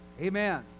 Amen